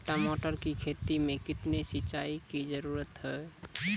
टमाटर की खेती मे कितने सिंचाई की जरूरत हैं?